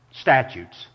statutes